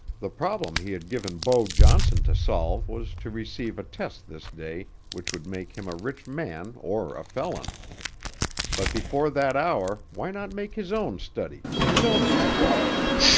the problem he had given beau johnson to solve was to receive a test this day which would make him a rich man or a felon but before that hour why not make his own study, his own investigation?